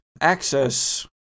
access